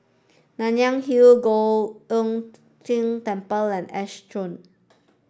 Nanyang Hill Giok Hong Tian Temple and Ash Grove